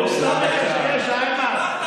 הוא סתם מקשקש, איימן.